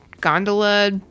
gondola